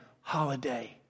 holiday